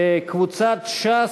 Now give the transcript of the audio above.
קבוצות מרצ,